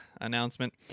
announcement